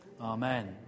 amen